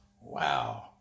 Wow